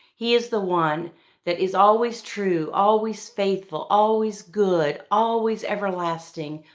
he is the one that is always true, always faithful, always good, always everlasting,